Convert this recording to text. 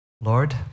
Lord